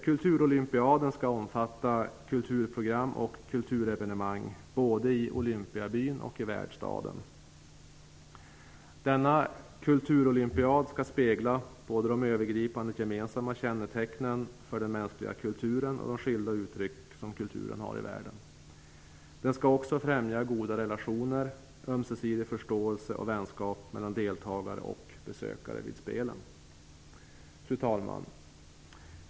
Kulturolympiaden skall omfatta kulturprogram och kulturevenemang både i Olympiabyn och i värdstaden. Denna kulturolympiad skall spegla både de övergripande, gemensamma kännetecknen för den mänskliga kulturen och de skilda uttryck som kulturen har i världen. Den skall också främja goda relationer, ömsesidig förståelse och vänskap mellan deltagare och besökare vid spelen. Fru talman!